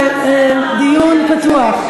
ועדת חוץ וביטחון, דיון פתוח.